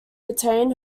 retain